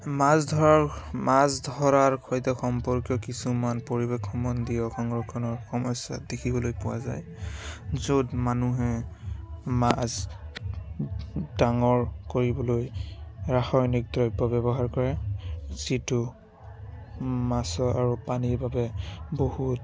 মাছ ধৰা মাছ ধৰাৰ সৈতে সম্পৰ্কী কিছুমান পৰিৱেশ সম্বন্ধীয় সমস্যা দেখিবলৈ পোৱা যায় য'ত মানুহে মাছ ডাঙৰ কৰিবলৈ ৰাসায়নিক দ্ৰব্য ব্যৱহাৰ কৰে যিটো মাছৰ আৰু পানীৰ বাবে বহুত